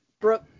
Brooke